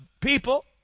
people